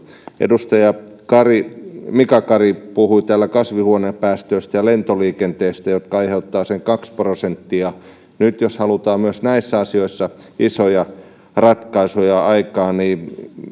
edustaja mika kari puhui täällä kasvihuonepäästöistä ja lentoliikenteestä joka aiheuttaa sen kaksi prosenttia nyt jos halutaan myös näissä asioissa isoja ratkaisuja aikaan niin